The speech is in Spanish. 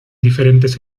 diferentes